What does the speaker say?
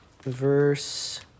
verse